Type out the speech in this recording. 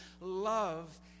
love